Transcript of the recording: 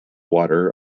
water